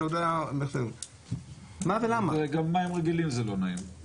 על מה ולמה?! גם מים רגילים זה לא נעים.